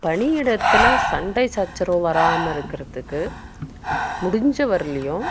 பணி இடத்தில் சண்டை சச்சரவு வராமல் இருக்கிறதுக்கு முடிஞ்ச வரைலியும்